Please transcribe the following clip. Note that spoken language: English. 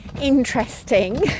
interesting